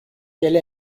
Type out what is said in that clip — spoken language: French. qu’elle